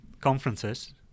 conferences